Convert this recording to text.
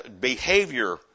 behavior